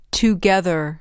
together